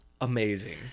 amazing